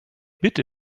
bitte